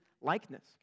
likeness